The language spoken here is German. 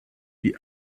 die